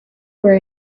were